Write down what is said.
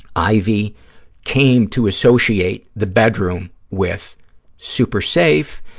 ivy came to associate the bedroom with super safe,